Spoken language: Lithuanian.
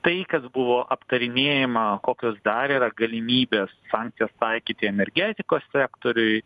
tai kas buvo aptarinėjama kokios dar yra galimybės sankcijas taikyti energetikos sektoriui